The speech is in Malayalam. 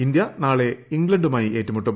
ഇന്ത്യ നാളെ ഇംഗ്ലണ്ടുമായി ഏറ്റുമുട്ടും